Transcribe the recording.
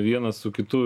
vienas su kitu